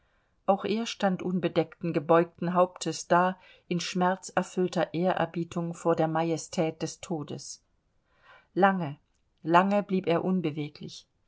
auch er stand unbedeckten gebeugten hauptes da in schmerzerfüllter ehrerbietung vor der majestät des todes lange lange blieb er unbeweglich